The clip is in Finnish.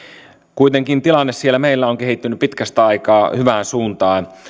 kuitenkin tilanne siellä meillä on kehittynyt pitkästä aikaa hyvään suuntaan